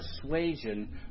persuasion